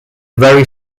very